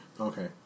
Okay